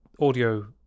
audio